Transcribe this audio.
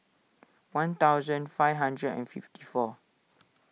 one thousand five hundred and fifty four